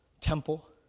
temple